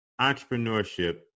entrepreneurship